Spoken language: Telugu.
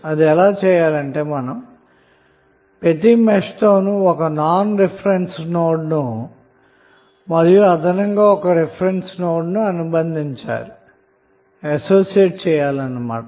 అది ఎలా అంటే ప్రతి మెష్ తోను ఒక నాన్ రిఫరెన్స్ నోడ్ను మరియు అదనంగా ఒక రిఫరెన్స్ నోడ్ను అనుబంధించాలి అన్న మాట